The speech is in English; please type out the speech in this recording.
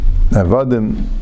Avadim